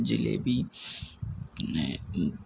പിന്നെ ജിലേബി പിന്നെ